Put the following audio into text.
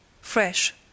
Fresh